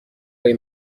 لای